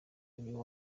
uyu